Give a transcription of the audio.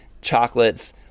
chocolates